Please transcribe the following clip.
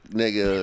nigga